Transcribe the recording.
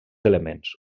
elements